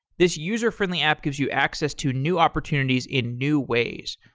this user-friendly app gives you access to new opportunities in new ways.